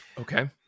Okay